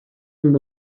amb